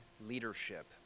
leadership